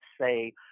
say